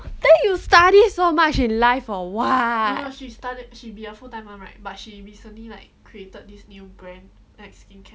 then you study so much in life for what